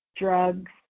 drugs